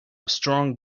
strong